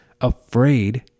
Afraid